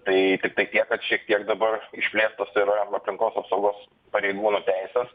tai tiktai tiek kad šiek tiek dabar išplėtus tai yra aplinkos apsaugos pareigūnų teises